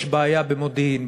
יש בעיה במודיעין,